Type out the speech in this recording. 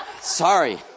Sorry